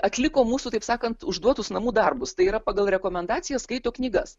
atliko mūsų taip sakant užduotus namų darbus tai yra pagal rekomendacijas skaito knygas